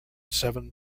seven